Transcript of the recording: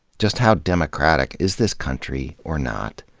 just how democratic is this country, or not,